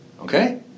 okay